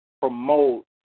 promote